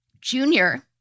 Junior